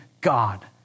God